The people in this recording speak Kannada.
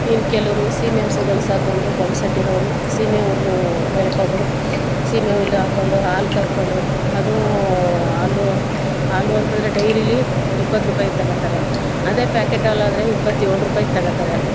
ಇನ್ನು ಕೆಲವರು ಸೀಮೆ ಹಸುಗಳು ಸಾಕೊಂಡು ಪಂಪ್ ಸೆಟ್ ಇರೋರು ಸೀಮೆ ಹುಲ್ಲು ಬೆಳ್ಕೊಂಡು ಸೀಮೆ ಹುಲ್ಲು ಹಾಕೊಂಡು ಹಾಲು ಕರ್ಕೊಂಡು ಅದು ಹಾಲು ಹಾಲು ಅಂತಂದ್ರೆ ಡೈರೀಲಿ ಇಪ್ಪತ್ತು ರುಪಾಯ್ಗೆ ತಗೊಳ್ತಾರೆ ಅದೇ ಪ್ಯಾಕೆಟ್ ಹಾಲು ಆದರೆ ಇಪ್ಪತ್ತೇಳು ರೂಪಾಯಿಗೆ ತಗೊಳ್ತಾರೆ